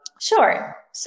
Sure